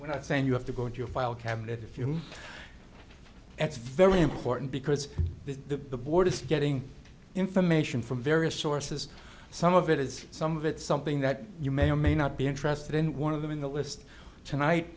not saying you have to go to your file cabinet if you it's very important because the board is getting information from various sources some of it is some of it something that you may or may not be interested in one of them in the list tonight